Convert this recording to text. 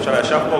ראש הממשלה ישב פה,